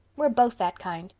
we're both that kind.